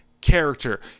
character